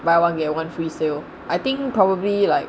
buy one get one free sale I think probably like